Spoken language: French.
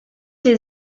les